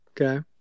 Okay